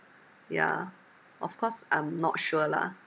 yeah of course I'm not sure lah